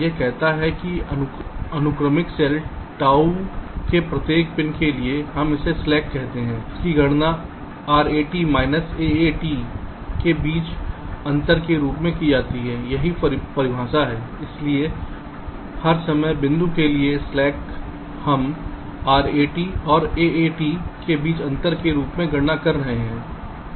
यह कहता है कि अनुक्रमिक सेल ताऊ के प्रत्येक पिन के लिए हम इसे स्लैक कहते हैं की गणना RAT माइनस AAT के बीच अंतर के रूप से की जाती है यही परिभाषा है इसलिए हर समय बिंदु के लिए स्लैक हम RAT और AAT के बीच अंतर के रूप में गणना कर रहे हैं